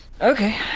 Okay